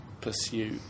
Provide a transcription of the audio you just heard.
pursue